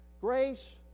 Grace